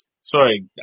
Sorry